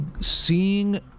seeing